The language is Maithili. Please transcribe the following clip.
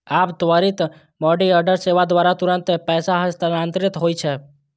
आब त्वरित मनीऑर्डर सेवा द्वारा तुरंत पैसा हस्तांतरित होइ छै